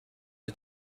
the